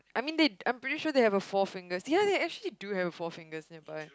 I mean they I'm pretty sure they have a Four-Fingers here they actually do have a Four-Fingers here